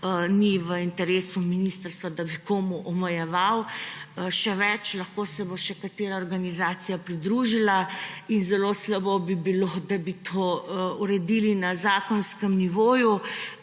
ni v interesu ministrstva, da bi komu omejevalo. Še več, lahko se bo še katera organizacija pridružila in zelo slabo bi bilo, da bi to uredili na zakonskem nivoju,